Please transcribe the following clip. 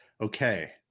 Okay